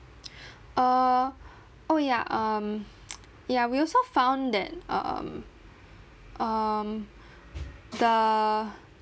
err oh ya um ya we also found that um um the